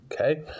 okay